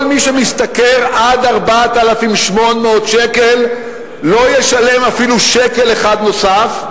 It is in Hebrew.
כל מי שמשתכר עד 4,800 שקל לא ישלם אפילו שקל אחד נוסף,